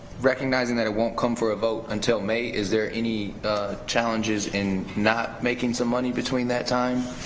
recognizing that it won't come for a vote until may is there any challenges in not making some money between that time